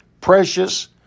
precious